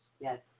Yes